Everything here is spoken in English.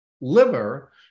liver